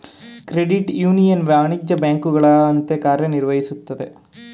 credit union ವಾಣಿಜ್ಯ ಬ್ಯಾಂಕುಗಳ ಅಂತೆ ಕಾರ್ಯ ನಿರ್ವಹಿಸುತ್ತದೆ